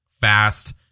fast